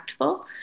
impactful